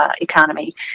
economy